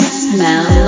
smell